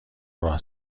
راه